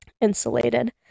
insulated